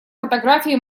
фотографии